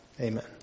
Amen